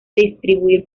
distribuir